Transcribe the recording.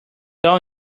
all